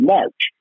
March